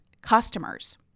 customers